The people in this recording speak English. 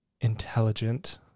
intelligent